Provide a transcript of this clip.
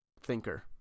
Thinker